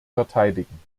verteidigen